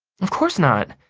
of course not.